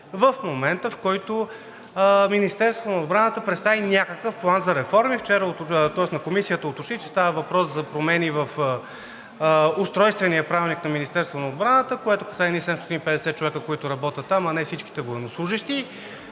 в момента, в който Министерството на отбраната представи някакъв план за реформи. На Комисията уточни, че става въпрос за промени в Устройствения правилник на Министерството на отбраната, което касае едни 750 човека, които работят там, а не всичките военнослужещи.